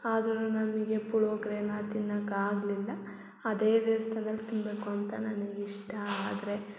ಆದರೂನು ನಮಗೆ ಪುಳೋಗ್ರೆನ ತಿನ್ನಕಾಗಲಿಲ್ಲ ಅದೇ ದೇವ್ಸ್ಥಾನ್ದಲ್ಲಿ ತಿನ್ನಬೇಕು ಅಂತ ನನಗೆ ಇಷ್ಟ ಆದರೆ